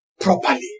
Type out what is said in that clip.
properly